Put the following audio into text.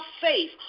faith